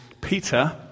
Peter